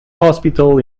hospital